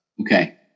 Okay